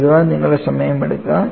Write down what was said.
എഴുതാൻ നിങ്ങളുടെ സമയം എടുക്കുക